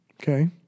Okay